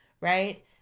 right